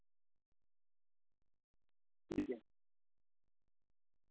ٹھیک ہے